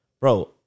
Bro